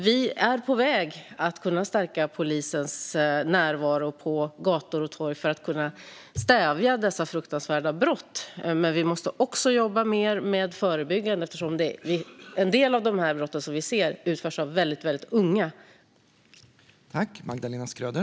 Vi är på väg att kunna stärka polisens närvaro på gator och torg för att kunna stävja dessa fruktansvärda brott, men vi måste också jobba mer med förebyggande av brott, för en del av brotten som vi ser begås av väldigt unga personer.